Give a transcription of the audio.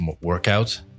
workout